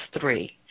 three